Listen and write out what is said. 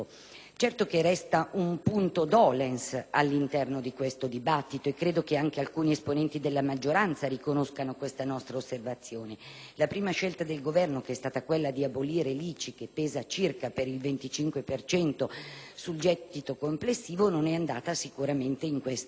Certo, resta un *punctum* *dolens* all'interno di questo dibattito e credo che anche alcuni esponenti della maggioranza riconoscano questa nostra osservazione. La prima scelta del Governo, quella di abolire l'ICI, che pesa per circa il 25 per cento sul gettito complessivo, non è andata sicuramente in questa